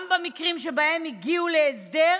גם במקרים שבהם הגיעו להסדר,